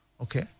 Okay